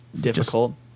difficult